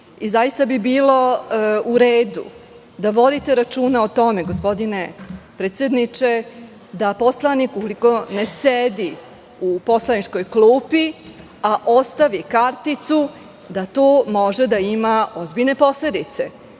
Zaista bi bilo u redu da vodite računa o tome, gospodine predsedniče, da poslanik ukoliko ne sedi u poslaničkoj klupi, a ostavi karticu, da to može da ima ozbiljne posledice. Večito